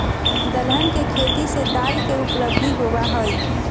दलहन के खेती से दाल के उपलब्धि होबा हई